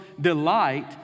delight